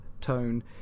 tone